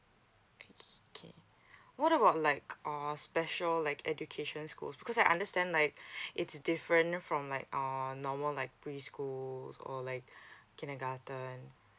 okay what about like uh special like education schools because I understand like it's different from like uh normal like preschools or like kindergarten